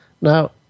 Now